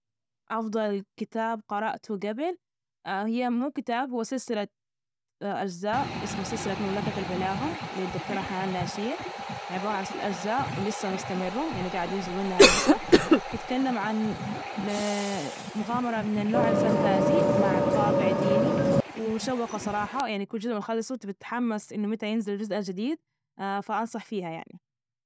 أفضل الكتاب قرأته جبل، هي مو كتاب هوسلسلة أجزاء اسمه، سلسلة مملكة البلاغة، للدكتورة حنان لاشين، عبارة عن ست أجزاء ولسه مستمرة، يعني جاعد ينزل منها لسا، بتتكلم عن مغامرة من النوع الفانتازي مع الطابع ديني، ومشو قة صراحة، يعني كل جزء من ال بتخلصه بتتحمس إنه متى ينزل جزء جديد، فأنصح فيها يعني.